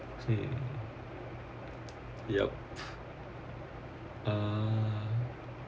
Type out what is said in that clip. mm yup uh